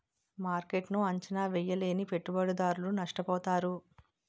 మార్కెట్ను అంచనా వేయలేని పెట్టుబడిదారులు నష్టపోతారు